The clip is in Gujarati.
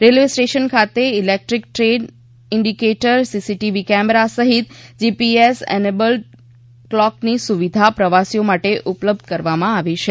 રેલવે સ્ટેંશન ખાતે ઇલેકટ્રીક ટ્રેન ઇન્ડીીકેદર્સીસીટીવી કેમેરા સહિત જીપીએસ એનેબલ્ડત કલોકની સુવિધા પ્રવાસીઓ માટે ઉપલબ્ધક કરાવવામાં આવી છે